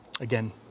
again